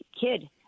kid